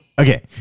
Okay